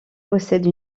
possède